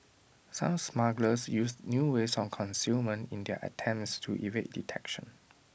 some smugglers used new ways of concealment in their attempts to evade detection